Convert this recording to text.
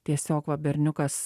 tiesiog va berniukas